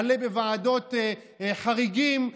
מלא בוועדות חריגים,